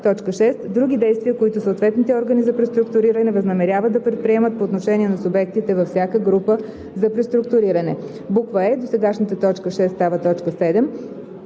други действия, които съответните органи за преструктуриране възнамеряват да предприемат по отношение на субектите във всяка група за преструктуриране;“ е) досегашната т. 6 става т. 7.